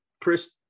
Chris